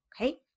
Okay